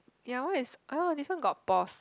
ya why is this one got pause